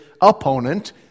opponent